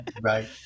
Right